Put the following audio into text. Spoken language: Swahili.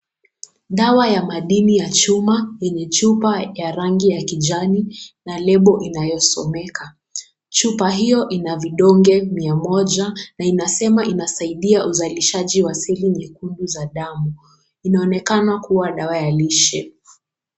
Daw ya madini ya chuma yenye chupa ya rangi ya kijani na lebo inayosomeka. Chupa hio inavidonge mia moja na inasema inasaidia uzalishaji wa seli nyekundu za damu. Inaonekana kuwa dawa ya lishe.